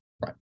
Right